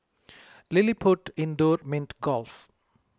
LilliPutt Indoor Mini Golf